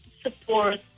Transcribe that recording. support